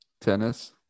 Tennis